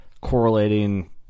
correlating